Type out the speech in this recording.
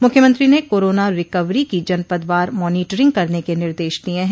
मुख्यमंत्री ने corona recovery की जनपदवार मॉनीटरिंग करने के निर्देश दिये है